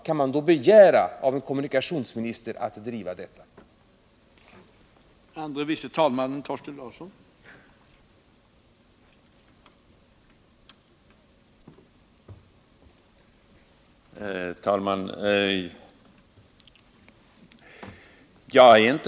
Kan man då begära av en kommunikationsminister att han Om utbyggnad skall driva den frågan?